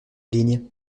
ligne